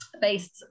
based